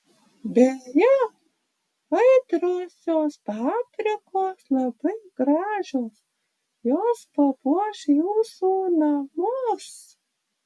beje aitriosios paprikos labai gražios jos papuoš jūsų namus